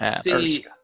See